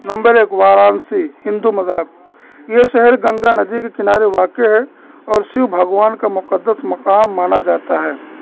number ایک وارانسی ہندو مذہب یہ شہر گنگا ندی کے کنارے واقع ہے اور شیو بھگوان کا مقدس مقام مانا جاتا ہے